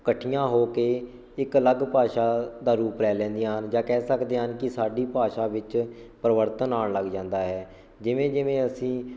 ਇਕੱਠੀਆਂ ਹੋ ਕੇ ਇੱਕ ਅਲੱਗ ਭਾਸ਼ਾ ਦਾ ਰੂਪ ਲੈ ਲੈਂਦੀਆਂ ਹਨ ਜਾਂ ਕਹਿ ਸਕਦੇ ਹਨ ਕਿ ਸਾਡੀ ਭਾਸ਼ਾ ਵਿੱਚ ਪਰਿਵਰਤਨ ਆਉਣ ਲੱਗ ਜਾਂਦਾ ਹੈ ਜਿਵੇਂ ਜਿਵੇਂ ਅਸੀਂ